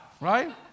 Right